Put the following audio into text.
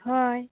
ᱦᱳᱭ